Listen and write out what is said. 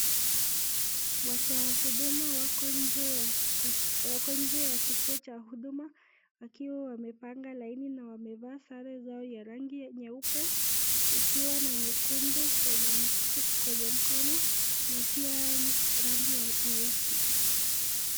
Watoa huduma wako nje ya kituo cha huduma wakiwa wamepanga laini na wamevaa sare zao ya rangi nyeupe ikiwa na nyekundu kwenye mkono na pia rangi ya nyeusi.